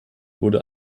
wurde